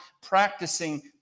practicing